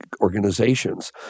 organizations